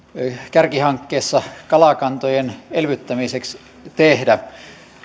kärkihankkeessa kalakantojen elvyttämiseksi tehdä